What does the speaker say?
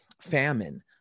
famine